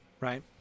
Right